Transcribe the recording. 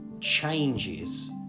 changes